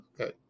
Okay